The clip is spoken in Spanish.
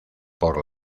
por